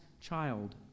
child